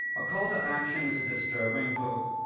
a call to action is a disturbing book,